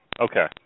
okay